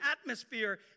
atmosphere